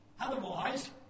Otherwise